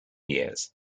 years